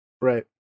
right